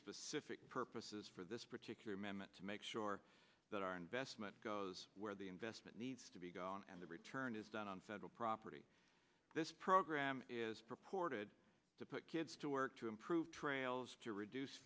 specific purposes for this particular amendment to make sure that our investment goes where the investment needs to be gone and the return is done on federal property this program is purported to put kids to work to improve trails to reduce